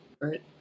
Right